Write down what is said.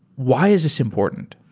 why is this important?